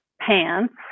pants